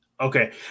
Okay